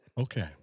Okay